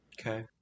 Okay